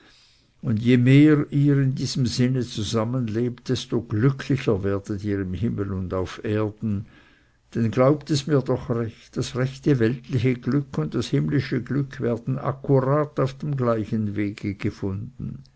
und je mehr ihr in diesem sinne zusammen lebt desto glücklicher werdet ihr im himmel und auf erden denn glaubt es mir doch recht das rechte weltliche glück und das himmlische glück werden akkurat auf dem gleichen wege gefunden